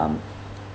um